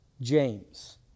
James